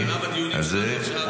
זה עלה בדיונים שלנו עכשיו.